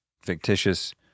fictitious